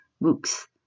books